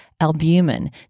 albumin